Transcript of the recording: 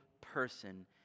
person